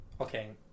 Okay